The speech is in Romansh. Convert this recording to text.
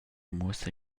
muossa